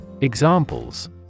Examples